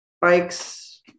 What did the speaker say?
bikes